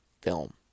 film